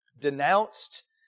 denounced